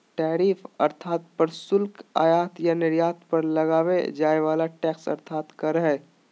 tariff अर्थात् प्रशुल्क आयात या निर्यात पर लगाल जाय वला टैक्स अर्थात् कर हइ